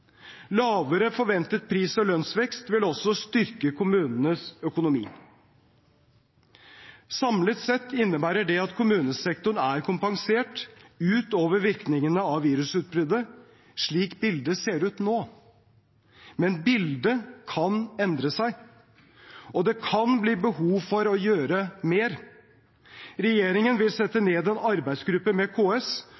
Lavere forventet pris- og lønnsvekst vil også styrke kommunenes økonomi. Samlet sett innebærer det at kommunesektoren er kompensert utover virkningene av virusutbruddet, slik bildet ser ut nå – men bildet kan endre seg, og det kan bli behov for å gjøre mer. Regjeringen vil sette